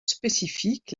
spécifique